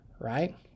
right